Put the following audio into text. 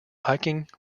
hiking